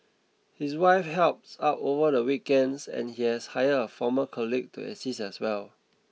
his wife helps out over the weekends and he has hired a former colleague to assist as well